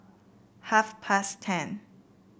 half past ten